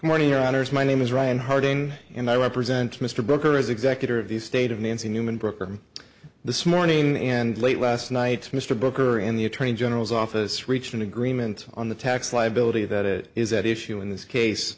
morning honors my name is ryan harding and i represent mr booker as executor of the state of nancy newman book from this morning and late last night mr booker in the attorney general's office reached an agreement on the tax liability that it is at issue in this case